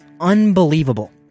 unbelievable